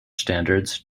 standards